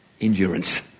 endurance